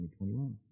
2021